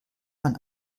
man